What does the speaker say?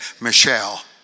Michelle